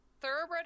thoroughbred